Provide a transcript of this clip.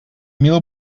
mil